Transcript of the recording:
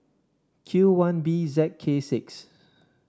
Q one B Z K six